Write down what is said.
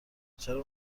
چرا